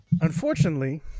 unfortunately